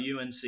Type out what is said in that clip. UNC